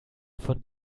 von